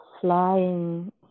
flying